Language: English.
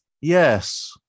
Yes